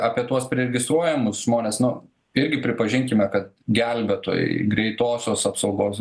apie tuos priregistruojamus žmones nu irgi pripažinkime kad gelbėtojai greitosios apsaugos